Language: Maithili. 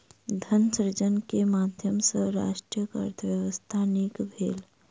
धन सृजन के माध्यम सॅ राष्ट्रक अर्थव्यवस्था नीक भेल